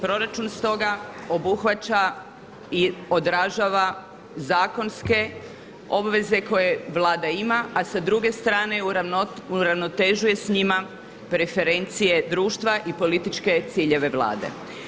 Proračun stoga obuhvaća i odražava zakonske obveze koje Vlada ima, a s druge strane uravnotežuje s njima preferencije društva i političke ciljeve Vlade.